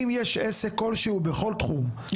אם יש עסק כלשהו בכל תחום שזה מנעד הרווחים שלו